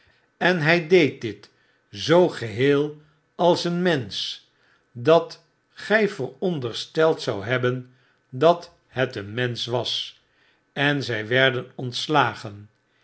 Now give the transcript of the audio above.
en hy deed dit zoo geheel als een mensch dat gy verondersteld zoudt hebben dat het een mensch was en zy werden ontslagen